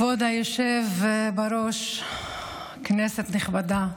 כבוד היושב בראש, כנסת נכבדה,